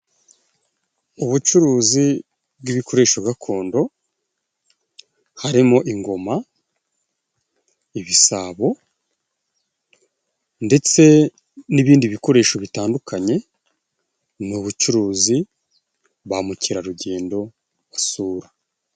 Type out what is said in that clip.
Ubucuruzi bw'ibikoresho gakondo; harimo ingoma, ibisabo ndetse n'ibindi bikoresho bitandukanye, ni ubucuruzi ba mukerarugendo basura.